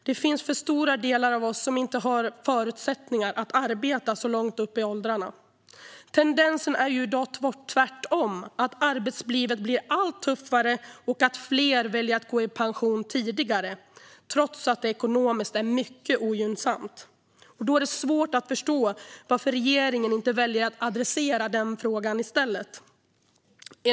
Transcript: Det finns för stora delar av befolkningen som inte har förutsättningar att arbeta så långt upp i åldrarna. Tendensen är i dag tvärtom att arbetslivet blir allt tuffare och att fler väljer att gå i pension tidigare, trots att det ekonomiskt är mycket ogynnsamt. Då är det svårt att förstå varför regeringen inte väljer att adressera den frågan i stället.